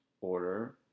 order